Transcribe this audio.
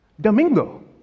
Domingo